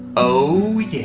oh, yeah.